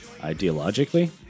ideologically